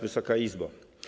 Wysoka Izbo!